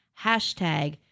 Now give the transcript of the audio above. Hashtag